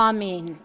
Amen